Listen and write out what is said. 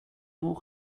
mot